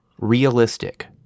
realistic